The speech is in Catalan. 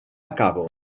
acabo